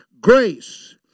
grace